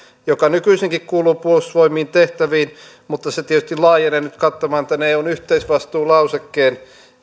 joka nykyisinkin kuuluu puolustusvoimien tehtäviin mutta se tietysti laajenee nyt kattamaan eun yhteisvastuulausekkeen